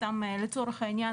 סתם לצורך העניין,